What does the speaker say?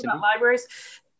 Libraries